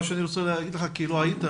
מה שאני רוצה להגיד לך, כי לא היית,